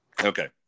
okay